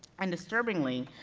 and disturbingly,